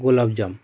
গোলাপজাম